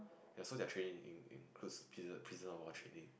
ya so their training in includes prison prisoner war training